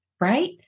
right